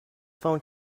phone